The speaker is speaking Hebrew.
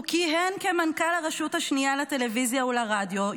הוא כיהן כמנכ"ל הרשות השנייה לטלוויזיה ולרדיו,